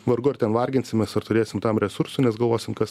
vargu ar ten varginsimės ir turėsim tam resursų nes galvosim kas